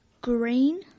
green